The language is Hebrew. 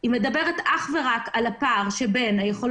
אנחנו מדברים על איתור של שני אנשים חולים על ידי